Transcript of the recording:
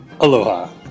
Aloha